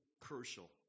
crucial